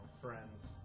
friends